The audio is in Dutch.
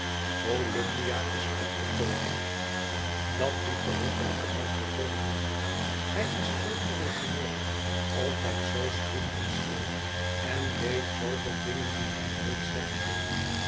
volumnia is opgetogen dat die verrukkelijke man gekomen is hij is zoo origineel altijd zoo stroef en stil en weet zooveel dingen die hij nooit zeggen wil